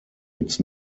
its